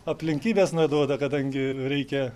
aplinkybės neduoda kadangi reikia